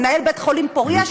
מנהל בית חולים פוריה,